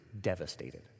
devastated